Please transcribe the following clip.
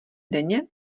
denně